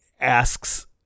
asks